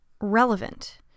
Relevant